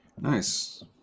Nice